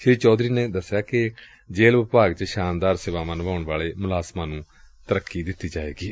ਸ੍ਰੀ ਚੌਧਰੀ ਨੇ ਦਸਿਆ ਕਿ ਜੇਲ੍ ਵਿਭਾਗ ਚ ਸ਼ਾਨਦਾਰ ਸੇਵਾਵਾਂ ਨਿਭਾਉਣ ਵਾਲੇ ਮੁਲਾਜ਼ਮਾਂ ਨੂੰ ਤਰੱਕੀ ਦਿੱਤੀ ਜਾਏਗੀ